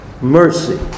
mercy